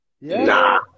nah